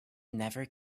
never